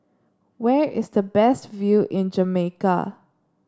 where is the best view in Jamaica